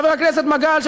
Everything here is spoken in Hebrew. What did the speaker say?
חבר הכנסת מגל,